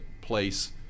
place